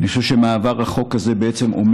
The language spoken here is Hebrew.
מעבר החוק הזה אומר